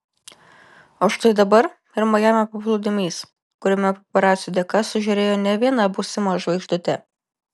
o štai dabar ir majamio paplūdimys kuriame paparacių dėka sužėrėjo ne viena būsima žvaigždutė